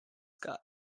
scott